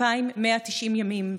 2,190 ימים,